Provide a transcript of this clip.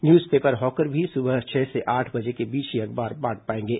news paper hawker भी सुबह छह से आठ बजे के बीच ही अखबार बांट पाएंगे